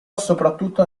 soprattutto